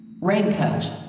Raincoat